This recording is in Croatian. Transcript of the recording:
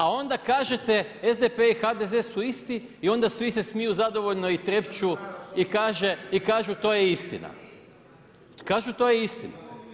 A onda kažete SDP i HDZ su isti i onda svi se smiju zadovoljno i trepću i kažu to je istina, kažu to je istina.